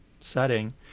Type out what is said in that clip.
setting